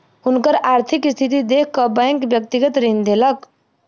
हुनकर आर्थिक स्थिति देख कअ बैंक व्यक्तिगत ऋण देलक